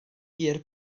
gur